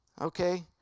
okay